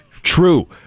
True